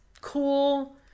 cool